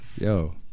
Yo